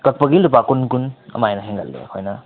ꯀꯛꯄꯒꯤ ꯂꯨꯄꯥ ꯀꯨꯟ ꯀꯨꯟ ꯑꯗꯨꯃꯥꯏꯅ ꯍꯦꯟꯒꯠꯂꯦ ꯑꯩꯈꯣꯏꯅ